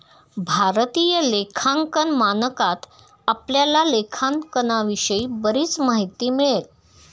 भारतीय लेखांकन मानकात आपल्याला लेखांकनाविषयी बरीच माहिती मिळेल